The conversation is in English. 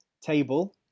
table